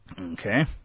Okay